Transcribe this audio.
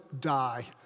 die